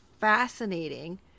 fascinating